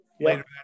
later